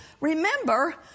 remember